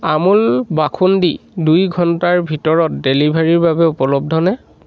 আমূল বাখুন্দি দুই ঘণ্টাৰ ভিতৰত ডেলিভাৰীৰ বাবে উপলব্ধ নে